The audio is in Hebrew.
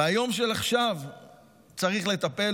ביום של עכשיו צריך לטפל,